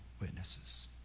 witnesses